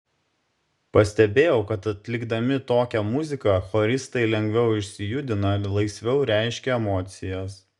pastebėjau kad atlikdami tokią muziką choristai lengviau išsijudina laisviau reiškia emocijas